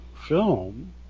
film